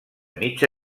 mitja